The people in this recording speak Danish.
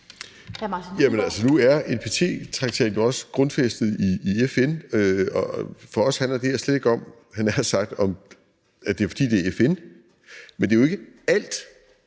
(RV): Altså, nu er NPT-traktaten jo også grundfæstet i FN. For os handler det her slet ikke om, havde jeg nær sagt, at det er, fordi det er i FN, men det er jo ikke alt,